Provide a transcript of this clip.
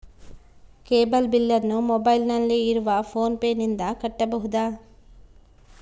Cable ಬಿಲ್ಲನ್ನು ಮೊಬೈಲಿನಲ್ಲಿ ಇರುವ ಫೋನ್ ಪೇನಿಂದ ಕಟ್ಟಬಹುದಾ?